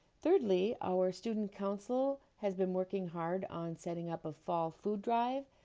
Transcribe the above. thirdly, our student council has been working hard on setting up a fall food drive.